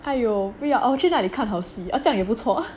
!aiyo! 不要我去那里看好戏这样也不错